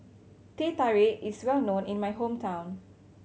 Teh Tarik is well known in my hometown